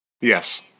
Yes